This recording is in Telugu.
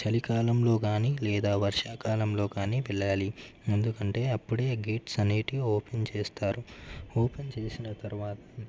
చలికాలంలో కానీ లేదా వర్షాకాలంలో కానీ వెళ్లాలి ఎందుకంటే అప్పుడే గేట్స్ అనేటివి ఓపెన్ చేస్తారు ఓపెన్ చేసిన తర్వాత